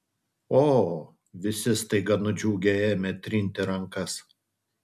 o visi staiga nudžiugę ėmė trinti rankas